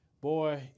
boy